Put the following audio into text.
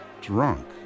drunk